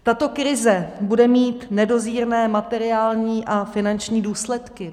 Tato krize bude mít nedozírné materiální a finanční důsledky.